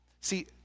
See